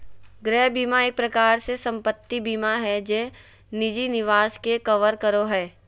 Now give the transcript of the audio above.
गृह बीमा एक प्रकार से सम्पत्ति बीमा हय जे निजी निवास के कवर करो हय